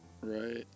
Right